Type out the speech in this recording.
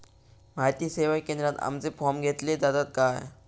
माहिती सेवा केंद्रात आमचे फॉर्म घेतले जातात काय?